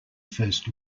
first